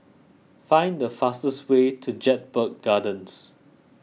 find the fastest way to Jedburgh Gardens